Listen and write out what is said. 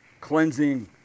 cleansing